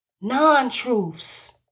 non-truths